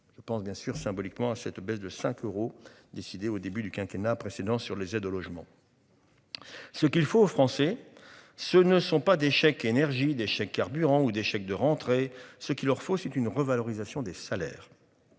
Je pense bien sûr symboliquement à cette baisse de 5 euros décidée au début du quinquennat précédent sur les aides au logement. Ce qu'il faut aux Français, ce ne sont pas des chèques énergie des chèque carburant ou d'chèques de rentrer. Ce qu'il leur faut c'est une revalorisation des salaires.